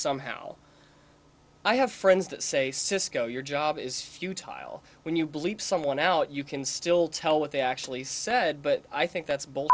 somehow i have friends that say cisco your job is futile when you bleep someone out you can still tell what they actually said but i think that's